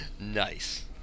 nice